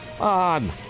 on